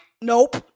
nope